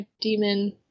demon